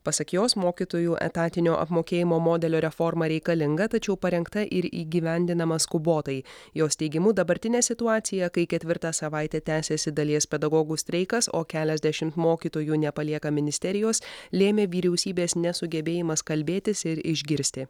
pasak jos mokytojų etatinio apmokėjimo modelio reforma reikalinga tačiau parengta ir įgyvendinama skubotai jos teigimu dabartinę situaciją kai ketvirtą savaitę tęsiasi dalies pedagogų streikas o keliasdešimt mokytojų nepalieka ministerijos lėmė vyriausybės nesugebėjimas kalbėtis ir išgirsti